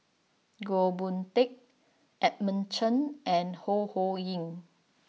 Goh Boon Teck Edmund Chen and Ho Ho Ying